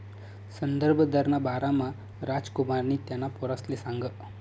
संदर्भ दरना बारामा रामकुमारनी त्याना पोरसले सांगं